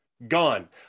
gone